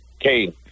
Kane